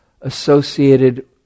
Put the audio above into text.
associated